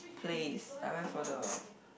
place I went for the